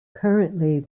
currently